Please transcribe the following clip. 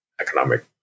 economic